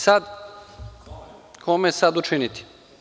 Sada, kome sada učiniti?